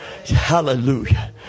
Hallelujah